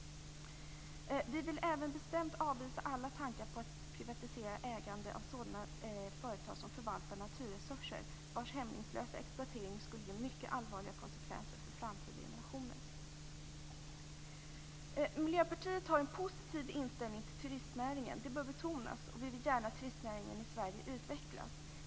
Vi vill även bestämt avvisa alla tankar på att privatisera ägande av sådana företag som förvaltar naturresurser, vars hämningslösa exploatering skulle ge mycket allvarliga konsekvenser för framtida generationer. Miljöpartiet har en positiv inställning till turistnäringen. Det bör betonas. Vi vill gärna att turistnäringen i Sverige utvecklas.